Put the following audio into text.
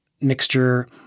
mixture